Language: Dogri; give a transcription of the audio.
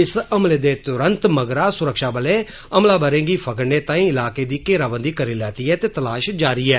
इस हमले दे तुरत मगरा सुरक्षाबलें हमला बरें गी फगड़नें ताईं इलाके दी घेराबंदी करी लैती ऐ ते तलाश जारी ऐ